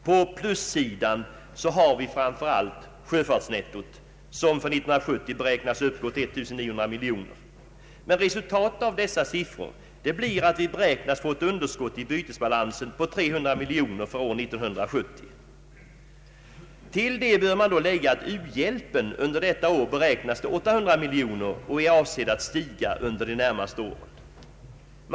På plussidan har vi framför allt sjöfartsnettot, som för 1970 beräknas uppgå till 1900 miljoner kronor. Resultatet av dessa siffror blir att vi beräknas få ett underskott i bytesbalansen på 300 miljoner kronor för år 1970. Till detta bör man lägga att u-hjälpen under detta år beräknas till 800 miljoner kronor och är avsedd att stiga under de närmaste åren.